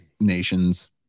nations